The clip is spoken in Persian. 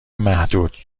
نامحدود